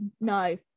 no